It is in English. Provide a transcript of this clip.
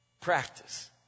Practice